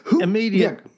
Immediate